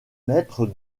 maître